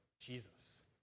Jesus